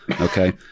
Okay